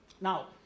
Now